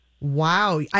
Wow